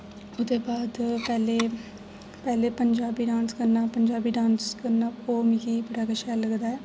ते ओह्दे बाद पैह्ले पैह्ले पंजाबी डांस करना पंजाबी डांस करना ओह् मिगी बड़ा गे शैल लगदा ऐ